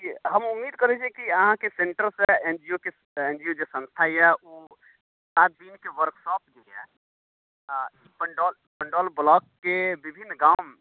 जी हम उम्मीद करैत छी कि अहाँके सेंटरसे एन जी ओ के एन जी ओ जे संस्था यए ओ अहाँ दुनूके वर्कशॉप जे यए आ पंडौल पंडौल ब्लॉकके विभिन्न गाममे